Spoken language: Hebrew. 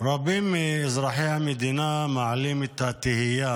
רבים מאזרחי המדינה מעלים את התהייה